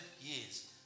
years